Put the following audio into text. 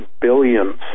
billions